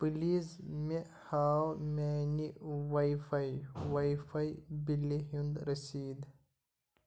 please مےٚ ہاو میٛانہِ واے فاے واے فاے بِلہِ ہُنٛد رٔسیٖد